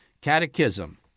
Catechism